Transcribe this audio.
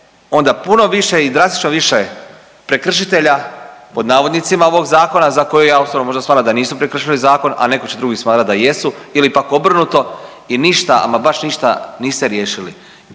onda puno više i drastično više prekršitelja, pod navodnicima, ovog Zakona za koje ja osobno možda smatram da nisu prekršili zakon, a netko će drugi smatrati da jesu ili pak obrnuto i ništa, ama baš ništa niste riješili.